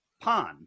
pond